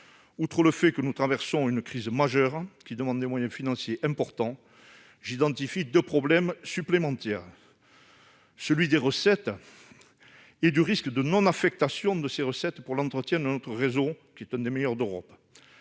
Outre le fait que nous traversons une crise majeure, qui demande des moyens financiers importants, j'identifie deux problèmes supplémentaires : celui des recettes et celui du risque de non-affectation à l'entretien de notre réseau, qui est l'un des meilleurs d'Europe.